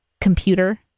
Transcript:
computer